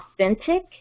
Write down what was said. authentic